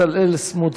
ואחריו, בצלאל סמוטריץ.